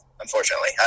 unfortunately